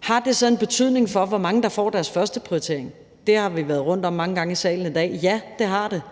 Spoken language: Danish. Har det så en betydning for, hvor mange der får deres førsteprioritering? Det har vi været rundt om mange gange i salen i dag, men ja, det har det,